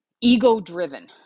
ego-driven